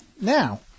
Now